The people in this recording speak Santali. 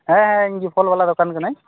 ᱦᱮᱸ ᱦᱮᱸ ᱤᱧ ᱜᱮ ᱯᱷᱚᱞ ᱵᱟᱞᱟ ᱫᱚᱠᱟᱱ ᱠᱟ ᱱᱟᱹᱧ